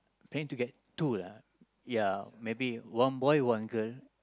planning to get two lah ya maybe one boy one girl